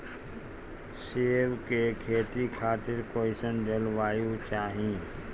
सेब के खेती खातिर कइसन जलवायु चाही?